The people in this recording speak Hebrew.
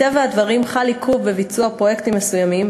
מטבע הדברים חל עיכוב בביצוע פרויקטים מסוימים,